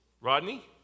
Rodney